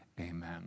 amen